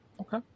Okay